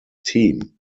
team